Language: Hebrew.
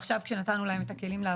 עכשיו כשנתנו להם את הכלים לעבוד.